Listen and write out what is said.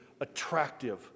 attractive